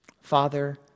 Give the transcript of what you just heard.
Father